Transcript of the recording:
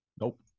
Nope